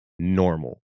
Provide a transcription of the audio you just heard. normal